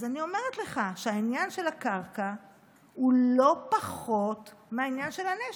אז אני אומרת לך שהעניין של הקרקע הוא לא פחות מהעניין של הנשק.